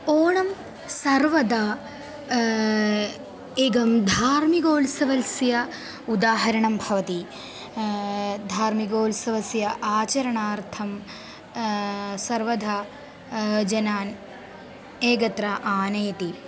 ओणं सर्वदा एकं धार्मिकोत्सवस्य उदाहरणं भवति धार्मिकोत्सवस्य आचरणार्थं सर्वधा जनान् एकत्र आनयति